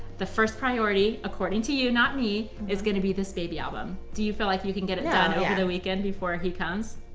the first priority, according to you, not me, is going to be this baby album. do you feel like you can get it done over yeah the weekend before he comes?